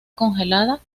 congelada